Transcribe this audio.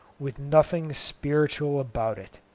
with nothing spiritual about it.